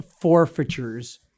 forfeitures